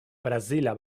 brazila